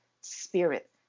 spirit